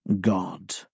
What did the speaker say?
god